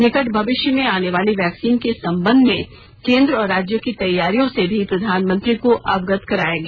निकट भविष्य में आने वाली वैक्सीन के संबंध में केन्द्र और राज्यों की तैयारियों से भी प्रधानमंत्री को अवगत कराया गया